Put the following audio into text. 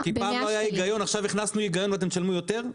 כי פעם לא היה היגיון ועכשיו הכנסנו היגיון ואתם תשלמו יותר?